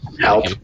Help